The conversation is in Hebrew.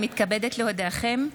אני מתכבדת להודיעכם,